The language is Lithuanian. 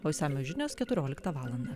o išsamios žinios keturioliktą valandą